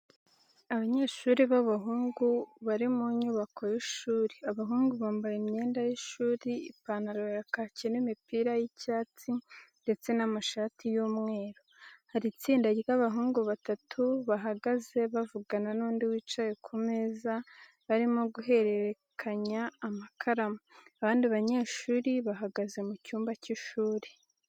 Abanyeshuri b’abahungu bari mu nyubako y’ishuri. Abahungu bambaye imyenda y’ishuri, ipantaro ya kake n’imipira y'icyatsi ndetse n'amashati y'umweru. Hari itsinda ry’abahungu batatu bahagaze bavugana n’undi wicaye ku meza, barimo guhererekanya amakaramu. Abandi banyeshuri bahagaze mu cyumba cy'ishuri.